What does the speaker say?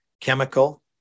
chemical